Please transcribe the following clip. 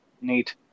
neat